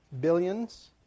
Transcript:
billions